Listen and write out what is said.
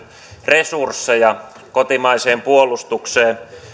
resursseja kotimaiseen puolustukseen